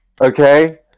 Okay